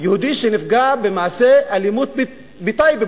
יהודי שנפגע במעשה אלימות בטייבה,